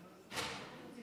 אני מבקש את